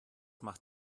macht